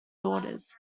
daughters